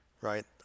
right